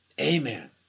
Amen